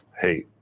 hey